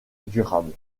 durable